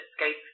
escape